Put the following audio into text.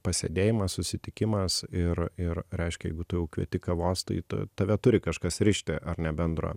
pasėdėjimas susitikimas ir ir reiškia jeigu tu jau kvieti kavos tai tave turi kažkas rišti ar ne bendro